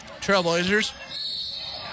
Trailblazers